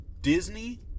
Disney